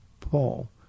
Paul